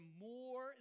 more